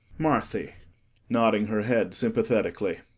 marthy nodding her head sympathetically.